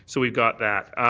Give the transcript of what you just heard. so we've got that.